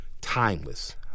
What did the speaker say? timeless